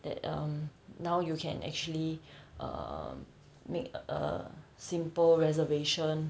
that um now you can actually uh make a simple reservation